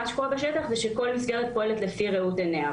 מה שקורה בשטח זה שכל מסגרת פועלת לפי ראות עיניה.